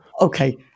okay